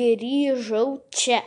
grįžau čia